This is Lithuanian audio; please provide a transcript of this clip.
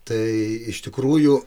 tai iš tikrųjų